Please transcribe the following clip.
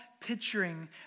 picturing